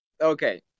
Okay